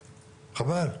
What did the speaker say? חבל,